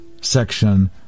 section